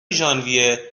ژانویه